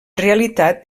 realitat